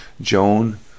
joan